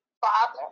father